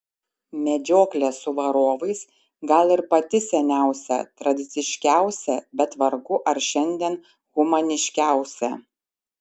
medžioklė su varovais gal ir pati seniausia tradiciškiausia bet vargu ar šiandien humaniškiausia